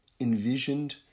envisioned